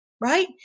right